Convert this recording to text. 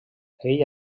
ella